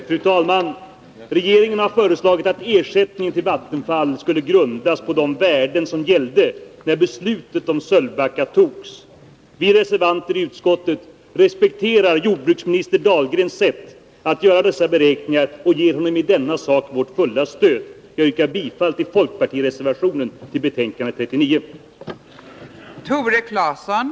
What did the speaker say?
Fru talman! Regeringen har föreslagit att ersättningen till Vattenfall skulle grundas på de värden som gällde när beslutet om Sölvbacka togs. Vi reservanter i utskottet respekterar jordbruksminister Dahlgrens sätt att göra dessa beräkningar och ger honom i denna sak vårt fulla stöd. Jag yrkar bifall till folkpartireservationen vid näringsutskottets betänkande 39.